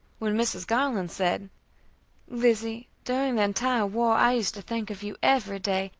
when mrs. garland said lizzie, during the entire war i used to think of you every day,